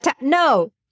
no